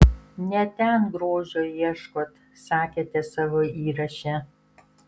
ne ten grožio ieškot sakėte savo įraše